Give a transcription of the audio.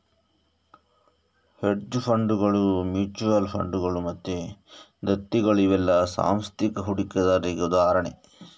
hedge ಫಂಡುಗಳು, mutual ಫಂಡುಗಳು ಮತ್ತೆ ದತ್ತಿಗಳು ಇವೆಲ್ಲ ಸಾಂಸ್ಥಿಕ ಹೂಡಿಕೆದಾರರಿಗೆ ಉದಾಹರಣೆ